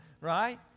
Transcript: Right